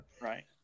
Right